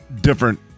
different